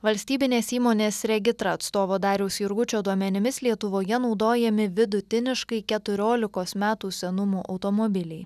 valstybinės įmonės regitra atstovo dariaus jurgučio duomenimis lietuvoje naudojami vidutiniškai keturiolikos metų senumo automobiliai